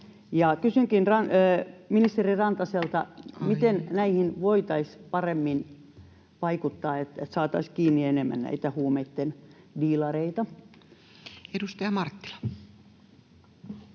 Kysynkin ministeri Rantaselta: [Puhemies: Aika!] miten näihin voitaisiin paremmin vaikuttaa, että saataisiin kiinni enemmän näitä huumeitten diilareita? Edustaja Marttila.